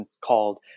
called